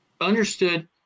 understood